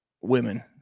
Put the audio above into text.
women